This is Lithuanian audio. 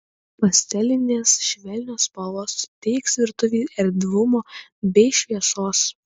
pastelinės švelnios spalvos suteiks virtuvei erdvumo bei šviesos